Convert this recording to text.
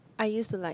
I use to like